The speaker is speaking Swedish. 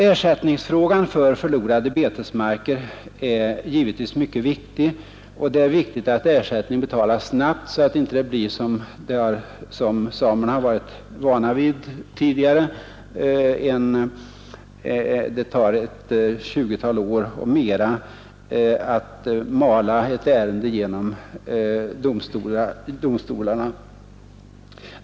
Ersättning för förlorade betesmarker är givetvis en mycket viktig fråga, och det är viktigt att ersättning betalas snabbt så att det inte — som samerna varit vana vid tidigare — tar ett 20-tal år och mera att mala ett ärende genom domstolarna.